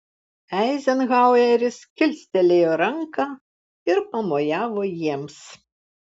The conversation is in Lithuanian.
eizenhaueris kilstelėjo ranką ir pamojavo jiems